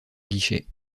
guichet